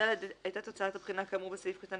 "(ד)הייתה תוצאת הבחינה כאמור בסעיף קטן